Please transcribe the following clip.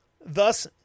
Thus